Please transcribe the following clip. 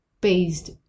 based